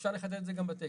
אפשר לחדד את זה גם בטקסט.